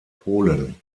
polen